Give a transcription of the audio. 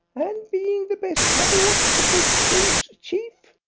and being the best had ought to be chose chief.